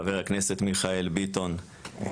חבר הכנסת מיכאל ביטון.